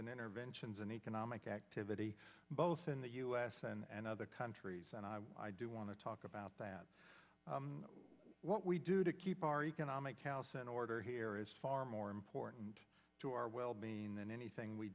interventions in economic activity both in the u s and other countries and i do want to talk about that what we do to keep our economic house in order here is far more important to our well being than anything we